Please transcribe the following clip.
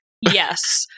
yes